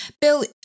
Bill